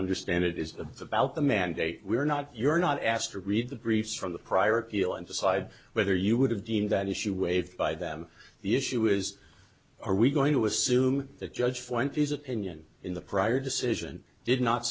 understand it is about the mandate we're not you're not asked to read the briefs from the prior appeal and decide whether you would have deemed that issue waived by them the issue is are we going to assume the judge finds his opinion in the prior decision did not